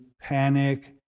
panic